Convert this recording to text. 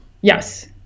Yes